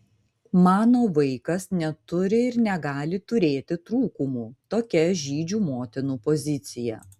mano vaikas neturi ir negali turėti trūkumų tokia žydžių motinų pozicija